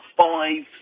five